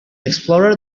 explorer